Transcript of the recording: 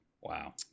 Wow